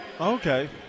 Okay